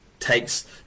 takes